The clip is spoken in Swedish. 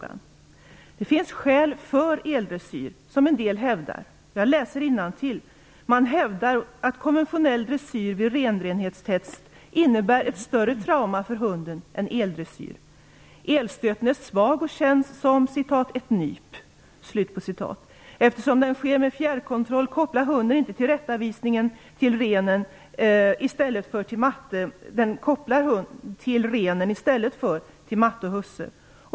En del hävdar att det finns skäl för elhalsband. Jag läser innantill: Man hävdar att konventionell dressyr vid renrenhetstest innebär ett större trauma för hunden än eldressyr. Elstöten är svag och känns som ett "nyp". Eftersom den sker med fjärrkontroll kopplar hunden tillrättavisningen till renen i stället för till matte och husse.